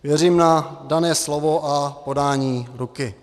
Věřím na dané slovo a podání ruky.